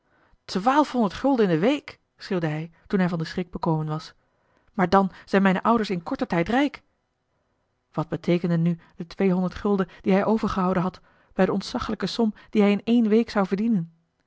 honderd gulden in de week schreeuwde hij toen hij van den schrik bekomen was maar dan zijn mijne ouders in korten tijd rijk wat beteekenden nu de tweehonderd gulden die hij overgehouden had bij de ontzaglijke som die hij in éene week zou verdienen